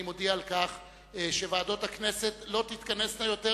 אני מודיע שוועדות הכנסת לא תתכנסנה יותר,